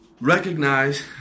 Recognize